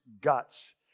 guts